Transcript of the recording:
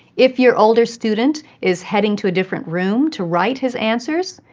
if your older student is heading to a different room to write his answers,